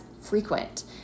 frequent